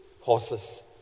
horses